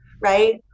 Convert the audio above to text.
right